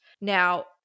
Now